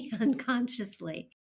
unconsciously